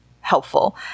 helpful